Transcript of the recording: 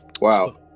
Wow